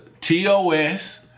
TOS